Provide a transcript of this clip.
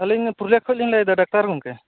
ᱟᱹᱞᱤᱧ ᱫᱚ ᱯᱩᱨᱩᱞᱤᱭᱟᱹ ᱠᱷᱚᱱ ᱞᱤᱧ ᱞᱟᱹᱭᱮᱫᱟ ᱰᱟᱠᱛᱟᱨ ᱜᱚᱝᱠᱮ